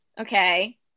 Okay